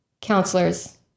counselors